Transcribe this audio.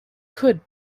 could